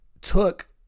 took